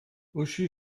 uschi